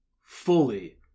fully